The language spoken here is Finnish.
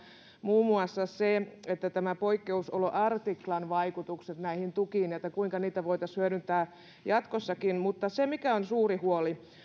muun muassa tämän poikkeusoloartiklan vaikutukset näihin tukiin kuinka niitä voitaisiin hyödyntää jatkossakin mutta se mikä on suuri huoli